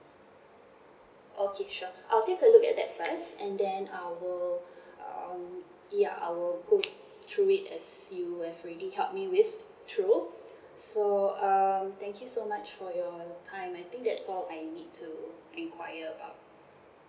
okay sure I will take a look at that first and then I will um ya I will go through it as you have really help me with through so um thank you so much for your time I think that's all I need to enquire about